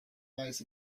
lies